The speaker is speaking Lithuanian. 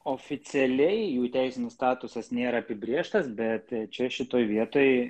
oficialiai jų teisinis statusas nėra apibrėžtas bet čia šitoj vietoj